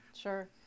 Sure